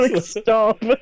Stop